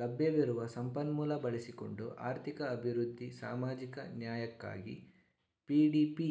ಲಭ್ಯವಿರುವ ಸಂಪನ್ಮೂಲ ಬಳಸಿಕೊಂಡು ಆರ್ಥಿಕ ಅಭಿವೃದ್ಧಿ ಸಾಮಾಜಿಕ ನ್ಯಾಯಕ್ಕಾಗಿ ಪಿ.ಡಿ.ಪಿ